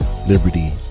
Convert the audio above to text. liberty